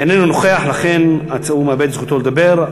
איננו נוכח לכן הוא מאבד את זכותו לדבר.